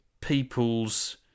people's